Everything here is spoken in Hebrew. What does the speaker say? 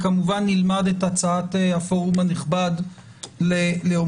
כמובן נלמד את הצעת הפורום הנכבד לעומקה.